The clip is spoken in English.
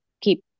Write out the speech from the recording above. keep